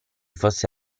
fosse